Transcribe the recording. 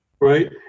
Right